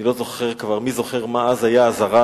אני לא זוכר כבר, מי זוכר, מה אז היה הזרז.